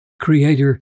Creator